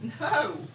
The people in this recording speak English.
No